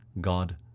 God